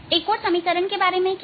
एक और समीकरण के बारे में क्या